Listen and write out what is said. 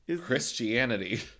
Christianity